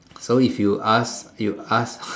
so if you ask you ask